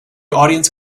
audience